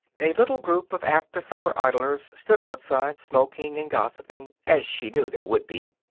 a little group of after-supper idlers stood outside, smoking and gossiping, as she knew there would be.